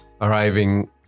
arriving